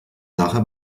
nachher